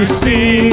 see